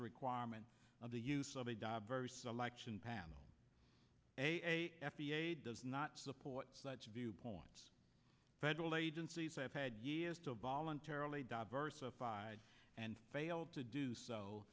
requirement of the use of a diverse selection panel does not support such viewpoints federal agencies have had years to voluntarily diversified and failed to do so